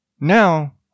Now